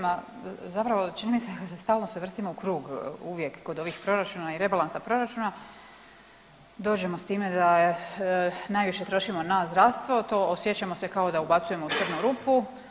Ma zapravo čini mi se da se stalno vidimo u krug uvijek kod ovih proračuna i rebalansa proračuna, dođemo s time da najviše trošimo na zdravstvo osjećamo se kao da ubacujemo u crnu rupu.